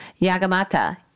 Yagamata